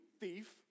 thief